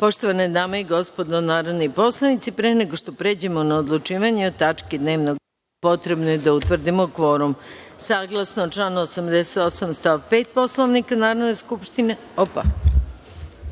Poštovane dame i gospodo narodni poslanici, pre nego što pređemo na odlučivanje o tački dnevnog reda, potrebno je da utvrdimo kvorum. Saglasno članu 88. stav 5. Poslovnika Narodne skupštine,